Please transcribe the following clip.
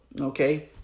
okay